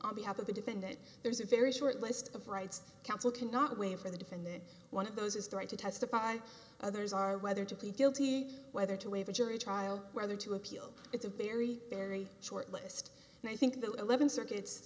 on behalf of the defendant there's a very short list of rights council cannot wait for the defendant one of those is the right to testify others are whether to plead guilty whether to waive a jury trial whether to appeal it's a very very short list and i think the eleventh circuit